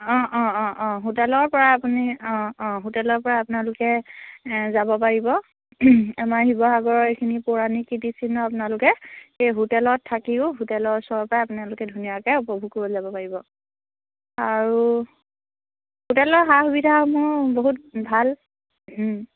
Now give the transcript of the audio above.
অঁ অঁ অঁ অঁ হোটেলৰ পৰা আপুনি অঁ অঁ হোটেলৰ পৰা আপোনালোকে যাব পাৰিব আমাৰ শিৱসাগৰ এইখিনি পৌৰাণিক কীৰ্তিচিহ্ন আপোনালোকে সেই হোটেলত থাকিও হোটেলৰ ওচৰৰ পৰাই আপোনালোকে ধুনীয়াকৈ উপভোগ কৰিবলৈ যাব পাৰিব আৰু হোটেলৰ সা সুবিধাসমূহ বহুত ভাল